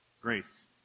grace